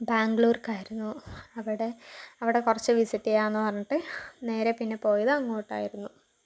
ബാംഗ്ലൂർക്കായിരുന്നു അവിടെ അവടെ കുറച്ച് വിസിറ്റ് ചെയ്യാമെന്ന് പറഞ്ഞിട്ട് നേരെ പിന്നെ പോയത് അങ്ങോട്ടായിരുന്നു